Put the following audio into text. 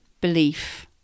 Belief